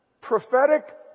prophetic